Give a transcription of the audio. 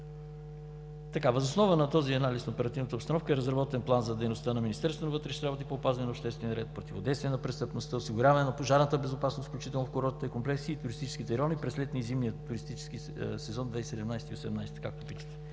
Въз основа на този анализ на оперативната обстановка е разработен план за дейността на Министерството на вътрешните работи по опазване на обществения ред, противодействие на престъпността, осигуряване на пожарната безопасност, включително в курортните комплекси и туристическите райони през летния и зимния туристически сезон 2017 – 2018 г., както питате.